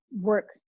work